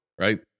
right